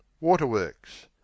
Waterworks